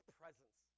presence